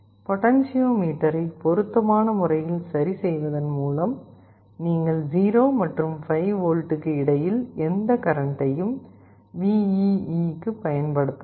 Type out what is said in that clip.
பொட்டென்சியோமீட்டரை பொருத்தமான முறையில் சரிசெய்வதன் மூலம் நீங்கள் 0 மற்றும் 5V க்கு இடையில் எந்த கரண்ட்டையும் VEE க்குப் பயன்படுத்தலாம்